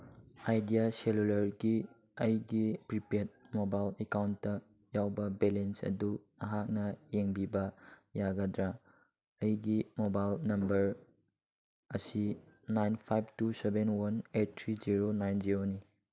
idea ꯁꯦꯂꯨꯂꯔꯒꯤ ꯑꯩꯒꯤ prepaid mobile account ꯌꯥꯎꯕ ꯕꯦꯂꯦꯟꯁ ꯑꯗꯨ ꯅꯍꯥꯛꯅ ꯌꯦꯡꯕꯤꯕ ꯌꯥꯒꯗ꯭ꯔꯥ ꯑꯩꯒꯤ ꯃꯣꯕꯥꯏꯜ ꯅꯝꯕꯔ ꯑꯁꯤ nine five two seven one eight three zero nine ꯖꯦꯔꯣꯅꯤ